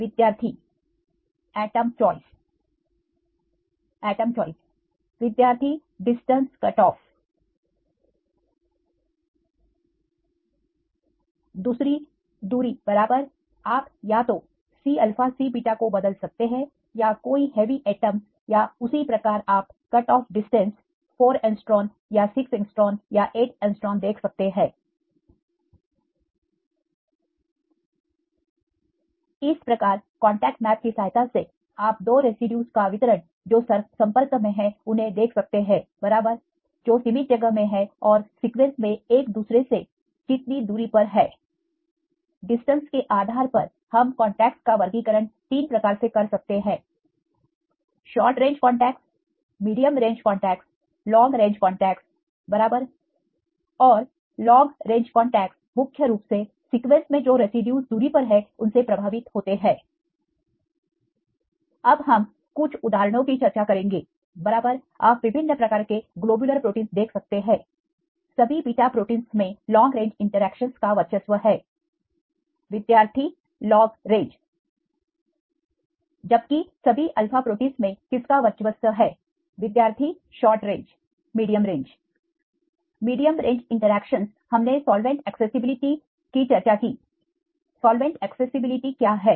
विद्यार्थी atom choice atom choice विद्यार्थी distance cut off दूसरी दूरी बराबर आप या तो Cα Cβ को बदल सकते हैं या कोई हेवी एटमस या उसी प्रकार आप कट ऑफ डिस्टेंस 4 Å या 6 Å या 8 Å देख सकते है इस प्रकार कांटेक्ट मैप की सहायता से आप दो रेसिड्यूज का वितरण जो संपर्क में है उन्हें देख सकते हैं बराबर जो सीमित जगह में है और सीक्वेंस में एक दूसरे से कितनी दूरी पर है डिस्टेंस के आधार पर हम कांटेक्टस का वर्गीकरण तीन प्रकार से कर सकते हैं short range contacts medium range contacts long range contacts बराबर औरलॉन्ग रेंज कांटेक्टस मुख्य रूप से सीक्वेंस मे जो रेसिड्यूज दूरी पर है उनसे प्रभावित होते हैंअब हम कुछ उदाहरणों की चर्चा करेंगे बराबर आप विभिन्न प्रकार के ग्लोबुलर प्रोटीन्स देख सकते हैं सभी बीटा प्रोटीन्स में लॉन्ग रेंज इंटरेक्शंस का वर्चस्व है विद्यार्थी लॉन्ग रेंज जबकि सभी अल्फा प्रोटीन्स में किस का वर्चस्व है विद्यार्थी short range medium range medium range interactions हमने सॉल्वेंट एक्सेसिबिलिटी की चर्चा की सॉल्वेंट एक्सेसिबिलिटी क्या है